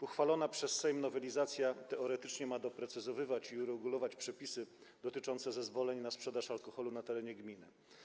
Uchwalona przez Sejm nowelizacja teoretycznie ma doprecyzować i uregulować przepisy dotyczące zezwoleń na sprzedaż alkoholu na terenie gminy.